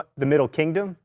ah the middle kingdom?